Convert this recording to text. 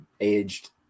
aged